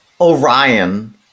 Orion